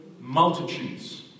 multitudes